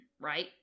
right